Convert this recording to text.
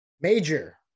major